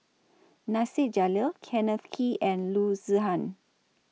Nasir Jalil Kenneth Kee and Loo Zihan